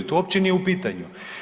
To uopće nije u pitanju.